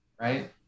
Right